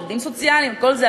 עובדים סוציאליים וכל זה.